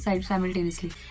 simultaneously